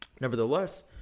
Nevertheless